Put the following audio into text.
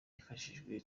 hifashishijwe